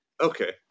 Okay